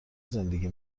زندگی